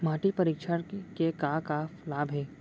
माटी परीक्षण के का का लाभ हे?